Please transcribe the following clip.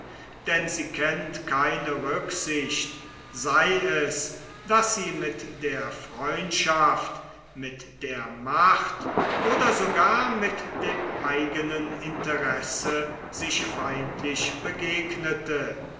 denn sie kennt keine rücksicht sei es daß sie mit der freundschaft mit der macht oder mit dem eigenen interesse sich feindlich begegnete